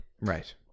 Right